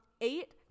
Eight